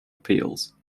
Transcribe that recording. appeals